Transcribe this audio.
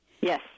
Yes